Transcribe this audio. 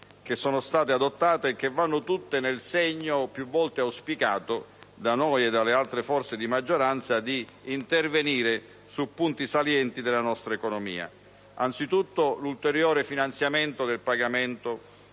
che sono state adottate e che vanno tutte nel segno, più volte auspicato da noi e dalle altre forze di maggioranza, di intervenire su punti salienti della nostra economia. Innanzitutto, vi sono l'ulteriore finanziamento per il pagamento